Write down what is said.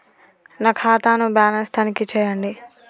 నా ఖాతా ను బ్యాలన్స్ తనిఖీ చేయండి?